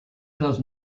does